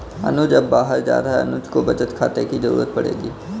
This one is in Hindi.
अनुज अब बाहर जा रहा है अनुज को बचत खाते की जरूरत पड़ेगी